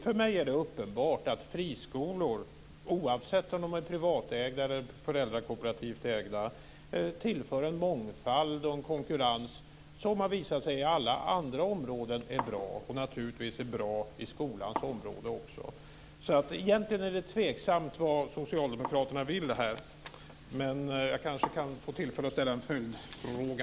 För mig är det uppenbart att friskolor, oavsett om de är privatägda eller föräldrakooperativt ägda, tillför en mångfald och en konkurrens som på alla andra områden har visat sig vara bra och som naturligtvis också är bra på skolans område Egentligen är det tveksamt vad socialdemokraterna vill här, men jag kanske kan få tillfälle att ställa en följdfråga.